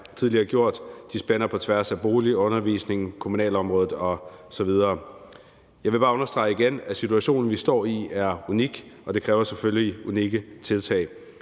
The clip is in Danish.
mig gjort. De spænder på tværs af bolig-, undervisnings-, kommunalområdet osv. Jeg vil bare igen understrege, at situationen, vi står i, er unik, og at det selvfølgelig kræver unikke tiltag,